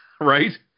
right